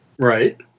Right